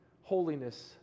Holiness